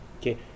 Okay